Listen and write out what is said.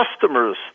customers